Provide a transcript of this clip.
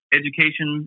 education